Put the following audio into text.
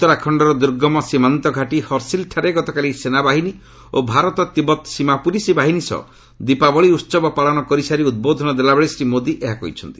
ଉତ୍ତରାଖଣ୍ଡର ଦୁର୍ଗମ ସୀମାନ୍ତ ଘାଟି ହର୍ସିଲ୍ଠାରେ ଗତକାଲି ସେନାବାହିନୀ ଓ ଭାରତ ତିବତ୍ ସୀମା ପୁଲିସ୍ ବାହିନୀ ସହ ଦୀପାବଳି ଉତ୍ସବ ପାଳନ କରିସାରି ଉଦ୍ବୋଧନ ଦେଲାବେଳେ ଶ୍ରୀ ମୋଦି ଏହା କହିଛନ୍ତି